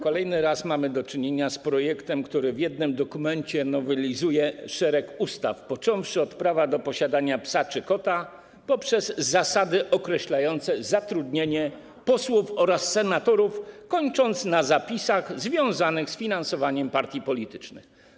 Kolejny raz mamy do czynienia z projektem, który za pomocą jednego dokumentu nowelizuje szereg ustaw, począwszy od prawa do posiadania psa czy kota przez zasady określające zatrudnienie posłów oraz senatorów aż po kwestie związane z finansowaniem partii politycznych.